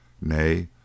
Nay